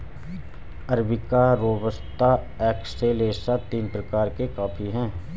arabica robusta excelsa तीन प्रकार के कॉफी हैं